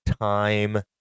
time